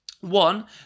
One